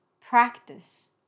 practice